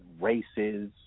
races